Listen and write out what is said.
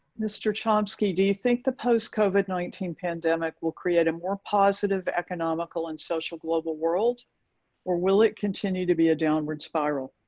mr. chomsky, do you think the post covid nineteen pandemic will create a more positive economical and social global world or will it continue to be a downward spiral?